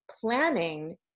planning